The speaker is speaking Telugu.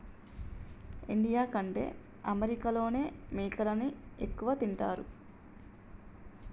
ఇండియా కంటే అమెరికాలోనే మేకలని ఎక్కువ తింటారు